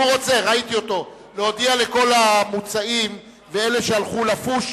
להודיע לכל המוצאים ואלה שהלכו לפוש